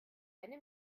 eine